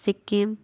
Sikkim